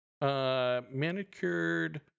manicured